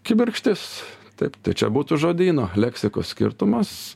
kibirkštis taip tai čia būtų žodyno leksikos skirtumas